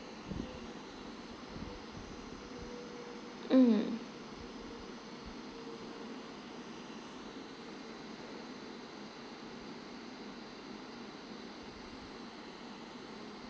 mm